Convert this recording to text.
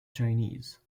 chinese